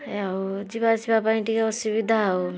ଆଉ ଯିବାଆସିବା ପାଇଁ ଟିକେ ଅସୁବିଧା ଆଉ